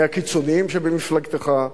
מהקיצונים שבמפלגתך?